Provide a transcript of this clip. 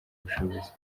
ubushobozi